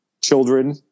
children